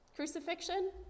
crucifixion